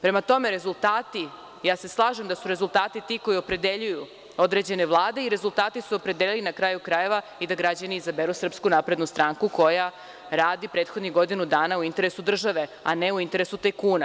Prema tome, ja se slažem da su rezultati ti koji opredeljuju određene vlade i rezultati su opredelili, na kraju krajeva, i da građani izaberu Srpsku naprednu stranku, koja radi prethodnih godinu dana u interesu države, a ne u interesu tajkuna.